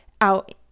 out